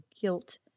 guilt